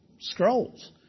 scrolls